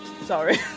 Sorry